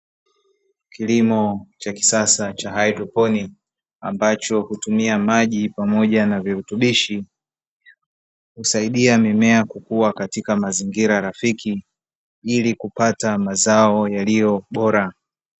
Kilima cha kisasa cha haidroponi, ambacho hutumia maji pamoja na virutubishi, husaidia mimea kukua katika mazingira rafiki ili kupata mazao yaliyo bora.